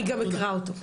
אני גם אקרא אותו.